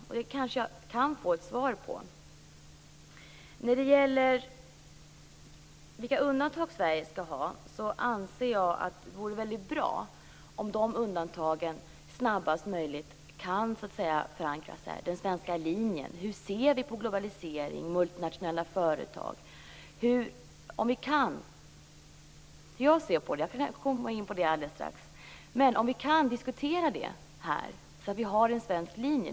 Jag kanske kan få ett besked om hur det var. Jag anser att det vore väldigt bra om de svenska undantagen, den svenska linjen, så snabbt som möjligt kunde förankras här. Hur ser vi på globalisering, på multinationella företag? Jag skall strax komma in på hur jag ser på detta. Det vore bra om vi här kunde diskutera dessa frågor, så att vi hade en svensk linje.